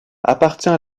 appartient